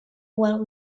well